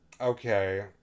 okay